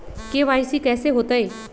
KYC कैसे होतई?